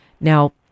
Now